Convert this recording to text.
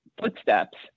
footsteps